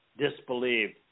disbelieved